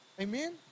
Amen